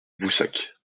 voussac